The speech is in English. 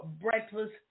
breakfast